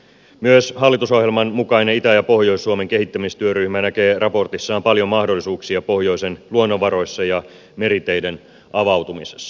myös hallitusohjelman mukainen itä ja pohjois suomen kehittämistyöryhmä näkee raportissaan paljon mahdollisuuksia pohjoisen luonnonvaroissa ja meriteiden avautumisessa